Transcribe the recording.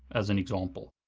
as an example.